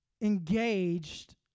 engaged